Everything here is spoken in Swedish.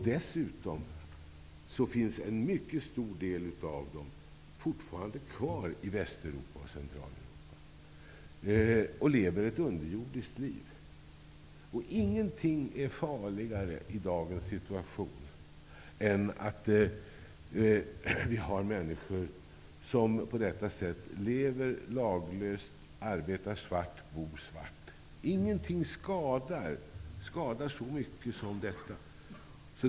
Dessutom finns en mycket stor del av dem fortfarande kvar i Västeuropa, i Centraleuropa, och lever ett underjordiskt liv. Ingenting är farligare i dagens situation än att vi har människor som på detta sätt lever laglöst, arbetar svart, bor svart. Ingenting skadar så mycket som detta.